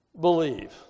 believe